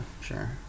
sure